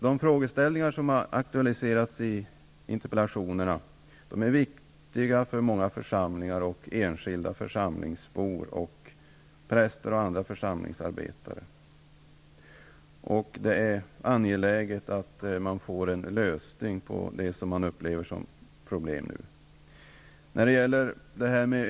De frågor som aktualiserats i interpellationerna är viktiga för många församlingar, och enskilda församlingsbor, präster och andra församlingsarbetare. Det är angeläget att man får en lösning på det man nu upplever som problem.